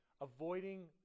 avoiding